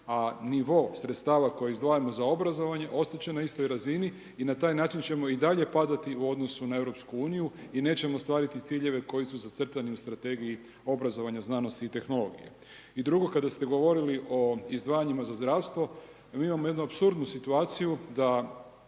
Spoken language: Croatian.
a nivo sredstava koje izdvajamo za obrazovanje, ostat će na istoj razini i na taj način ćemo i dalje padati u odnosu na EU i neće ostvariti ciljeve koji su zacrtani u strategiji obrazovanja, znanosti i tehnologije. I drugo, kada ste govorili o izdvajanjima za zdravstvo, mi imamo jednu apsurdnu situaciju da